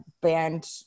banned